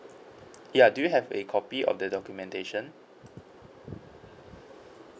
ya do you have a copy of the documentation